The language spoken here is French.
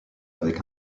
avec